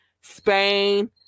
Spain